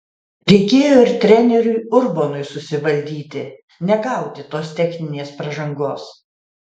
reikėjo ir treneriui urbonui susivaldyti negauti tos techninės pražangos